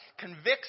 convicts